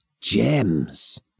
gems